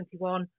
2021